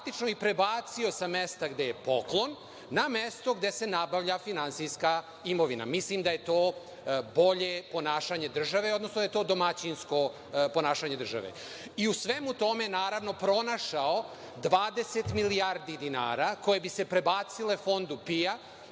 ih prebacio sa mesta gde je poklon, na mesto gde se nabavlja finansijska imovina. Mislim da je to bolje ponašanje države, odnosno da je to domaćinsko ponašanje države.U svemu tome, naravno, pronašao 20 milijardi dinara koje bi se prebacile Fondu PIO